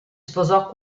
sposò